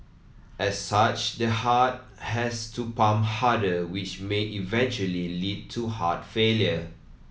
as such the heart has to pump harder which may eventually lead to heart failure